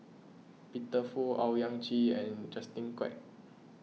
Peter Fu Owyang Chi and Justin Quek